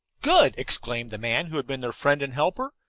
good! exclaimed the man who had been their friend and helper.